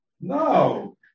No